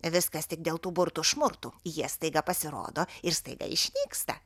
viskas tik dėl tų bortų šmurtų jie staiga pasirodo ir staiga išnyksta